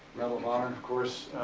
medal of honor, of course.